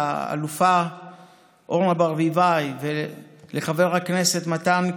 לאלופה אורנה ברביבאי ולחבר הכנסת מתן כהנא,